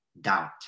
doubt